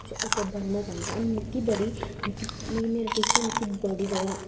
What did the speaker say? कुछ अग्गैं बधना चांह्दा ऐ ते मिकी बड़ी मेरे टीचरें मिगी बड़ी ज्यादा